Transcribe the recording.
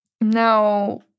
now